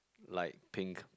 light pink